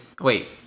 Wait